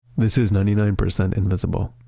this is ninety nine percent invisible.